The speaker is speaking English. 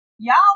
Y'all